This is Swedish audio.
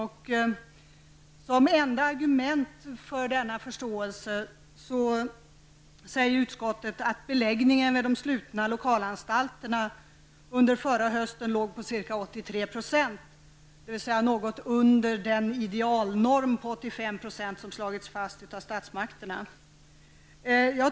Som enda argument för denna förståelse säger utskottet att beläggningen vid de slutna lokalanstalterna under förra hösten låg på ca 83 %, dvs. något under den idealnorm på 85 % som slagits fast av statsmakterna.